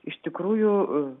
iš tikrųjų